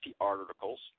articles